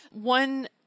one